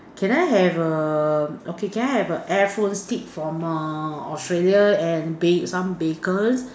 can I have um okay can I have a air flown steak from err Australia and ba~ some bacon